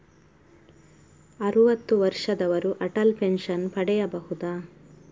ಅರುವತ್ತು ವರ್ಷದವರು ಅಟಲ್ ಪೆನ್ಷನ್ ಪಡೆಯಬಹುದ?